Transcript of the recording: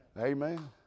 Amen